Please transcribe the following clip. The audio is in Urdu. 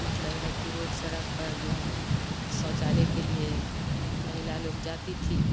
مطلب ہے کہ روڈ سڑک پر جو ہے سوچالے کے لیے مہیلا لوگ جاتی تھی